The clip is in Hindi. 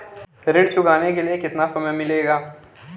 ऋण चुकाने के लिए कितना समय मिलेगा?